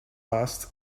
lasts